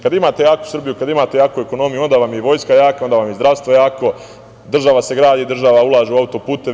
Kada imate jaku Srbiju, kada imate jaku ekonomiju, onda vam je i vojska jaka, onda vam je i zdravstvo jako, država se gradi, država ulaže u autoputeve.